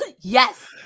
Yes